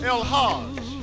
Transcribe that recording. El-Haj